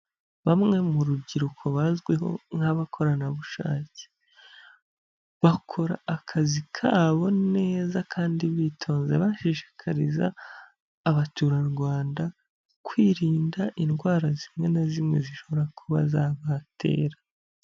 Bamwe mu rubyiruko bazwiho nk'abakoreraranabushake bakora akazi kabo neza kandi bitonze bashishikariza abaturarwanda kwirinda indwara zimwe na zimwe zishobora kuba zabatera.